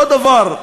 אותו דבר,